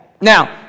Now